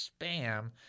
spam